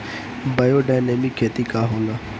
Biodynamic खेती का होला?